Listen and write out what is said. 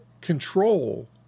control